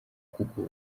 kuko